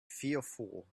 fearful